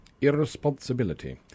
irresponsibility